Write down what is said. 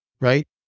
right